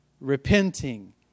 repenting